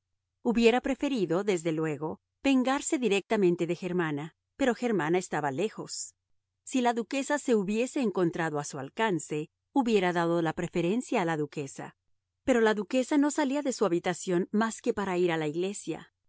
hubiera preferido desde luego vengarse directamente de germana pero germana estaba lejos si la duquesa se hubiese encontrado a su alcance hubiera dado la preferencia a la duquesa pero la duquesa no salía de su habitación más que para ir a la iglesia